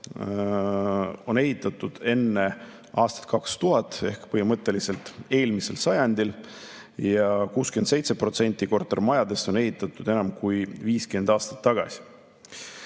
on ehitatud enne aastat 2000 ehk põhimõtteliselt eelmisel sajandil ja 67% kortermajadest on ehitatud enam kui 50 aastat tagasi.